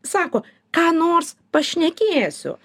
sako ką nors pašnekėsiu